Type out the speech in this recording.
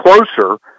closer